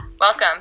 welcome